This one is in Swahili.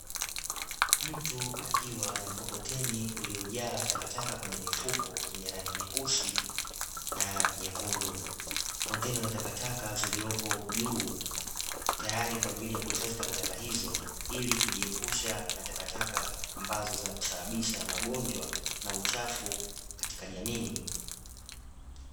Mtu akiwa na mkokoteni uliojaa takataka, kwenye mifuko yenye rangi nyeusi na nyekundu, kontena za takataka ziliopojuu tayari kwa ajili ya kuhifadhi takataka hizo, ili kujiepusha na takataka ambazo zenye kusababisha magonjwa na uchafu katika jamii.